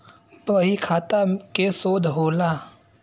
बहीखाता के शोध होला